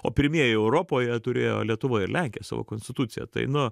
o pirmieji europoje turėjo lietuva ir lenkija savo konstituciją tai nu